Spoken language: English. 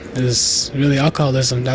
is really alcoholism.